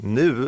nu